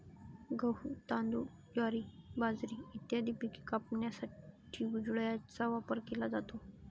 गहू, तांदूळ, ज्वारी, बाजरी इत्यादी पिके कापण्यासाठी विळ्याचा वापर केला जातो